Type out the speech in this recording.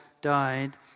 died